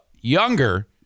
younger